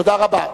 תודה רבה.